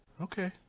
Okay